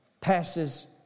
Passes